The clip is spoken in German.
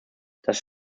das